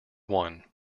one